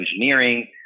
engineering